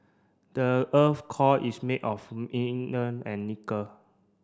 the earth's core is made of and nickel